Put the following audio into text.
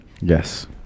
Yes